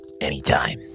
anytime